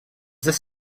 this